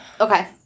Okay